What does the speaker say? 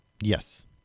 Yes